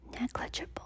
negligible